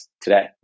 today